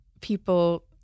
people